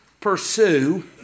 pursue